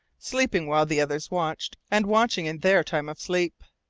sleeping while the others watched, and watching in their time of sleep.